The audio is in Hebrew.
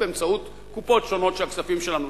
באמצעות קופות שונות של הכספים שלנו,